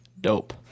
dope